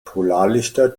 polarlichter